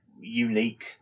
unique